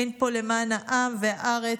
אין פה "למען העם והארץ",